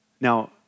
Now